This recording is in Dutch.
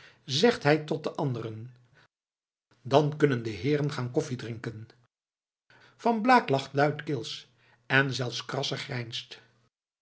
zegt hij tot de anderen dan kunnen de heeren gaan koffie drinken van blaak lacht luidkeels en zelfs krasser grijnst